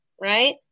Right